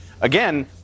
again